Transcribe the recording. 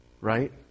Right